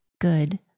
good